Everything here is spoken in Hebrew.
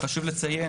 חשוב לציין,